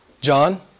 John